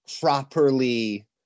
properly